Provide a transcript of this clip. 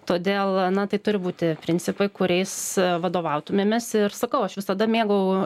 todėl na tai turi būti principai kuriais vadovautumėmės ir sakau aš visada mėgau